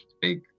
big